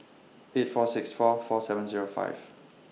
eight four six four four seven Zero five